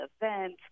event